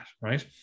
right